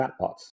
chatbots